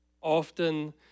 often